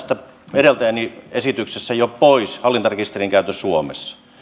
edeltäjäni esityksestä jo pois hallintarekisterin käytön suomessa